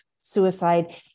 suicide